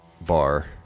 bar